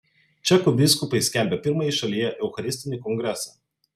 čekų vyskupai skelbia pirmąjį šalyje eucharistinį kongresą